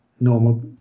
normal